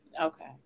Okay